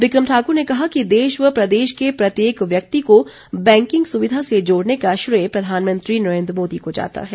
बिक्रम ठाक्र ने कहा कि देश व प्रदेश के प्रत्येक व्यक्ति को बैंकिंग सुविधा से जोड़ने का श्रेय प्रधानमंत्री नरेन्द्र मोदी को जाता है